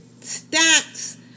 stacks